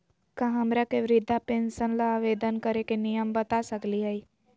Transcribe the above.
का हमरा के वृद्धा पेंसन ल आवेदन करे के नियम बता सकली हई?